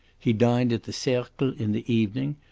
he dined at the cercle in the evening,